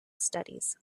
studies